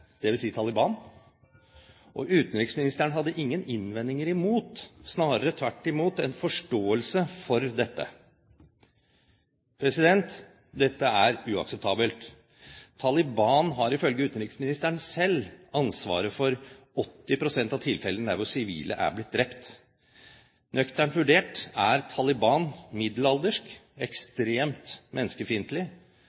Utenriksministeren hadde ingen innvendinger imot, snarere tvert imot en forståelse for, dette. Dette er uakseptabelt. Taliban har ifølge utenriksministeren selv ansvaret for 80 pst. av tilfellene der sivile er blitt drept. Nøkternt vurdert er Taliban middelaldersk